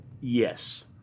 yes